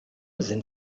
sind